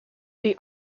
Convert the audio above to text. the